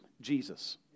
Jesus